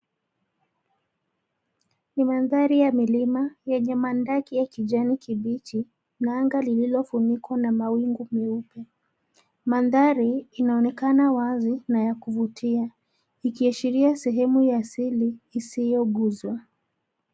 Ni mandhari ya milima, yenye mandaki ya kijani kibichi, na anga lililofunikwa na mawingu meupe. Mandhari, inaonekana wazi na ya kuvutia, ikiashiria sehemu ya asili isiyoguzwa.